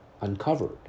uncovered